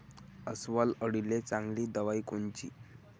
अस्वल अळीले चांगली दवाई कोनची?